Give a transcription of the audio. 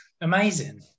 Amazing